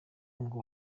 ngo